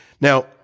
Now